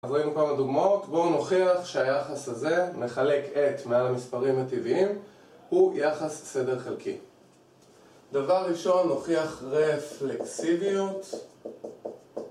אז ראינו כמה דוגמאות, בואו נוכיח שהיחס הזה מחלק את מעל המספרים הטבעיים הוא יחס סדר חלקי דבר ראשון נוכיח רפלקסיביות